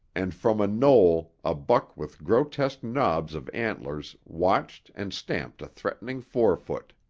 and from a knoll a buck with grotesque knobs of antlers watched and stamped a threatening forefoot.